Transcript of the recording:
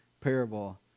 parable